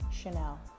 Chanel